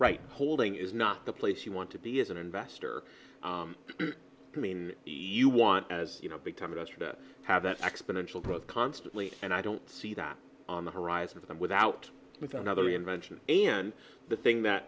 right holding is not the place you want to be as an investor i mean you want as you know big time in us or to have that exponential growth constantly and i don't see that on the horizon without with another reinvention and the thing that